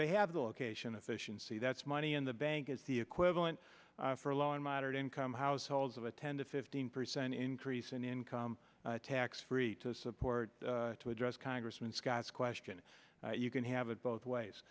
they have the location efficiency that's money in the bank the equivalent for low and moderate income households have a ten to fifteen percent increase in income tax free to support to address congressman scott's question you can have it both ways